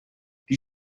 die